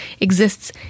exists